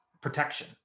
protection